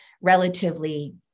relatively